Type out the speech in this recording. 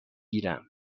گیرم